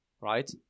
right